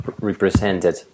represented